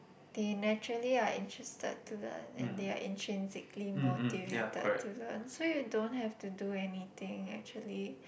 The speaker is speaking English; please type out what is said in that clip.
they naturally are interested to learn and they are intrinsically motivated to learn so you don't have to do anything actually